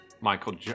Michael